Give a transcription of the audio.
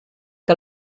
que